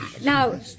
Now